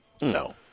No